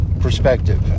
perspective